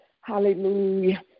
Hallelujah